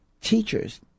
teachers